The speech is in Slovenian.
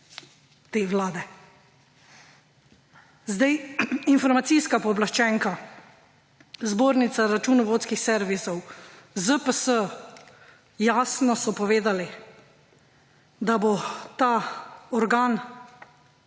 te vlade. Informacijska pooblaščenka, Zbornica računovodskih servisov, ZPS – jasno so povedali, da bo ta organ,